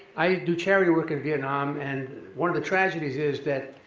i do charity work in vietnam, and one of the tragedies is that,